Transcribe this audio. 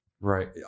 right